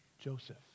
Joseph